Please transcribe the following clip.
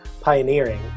pioneering